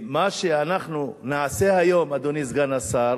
מה שאנחנו נעשה היום, אדוני סגן השר,